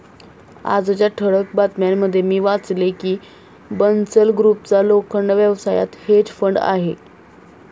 आजच्या ठळक बातम्यांमध्ये मी वाचले की बन्सल ग्रुपचा लोखंड व्यवसायात हेज फंड आहे